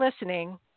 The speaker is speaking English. listening